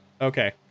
Okay